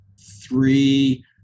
three